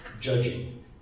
judging